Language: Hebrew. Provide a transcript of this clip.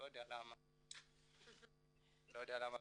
לא יודע למה באמת.